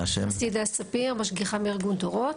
אני משגיחה מארגון דורות.